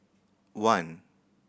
one